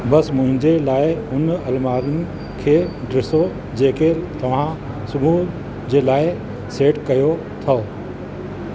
बस मुंहिंजे लाइ हुन अलमारियुनि खे ॾिसो जेके तव्हां सुबुह जे लाइ सेट कयो अथव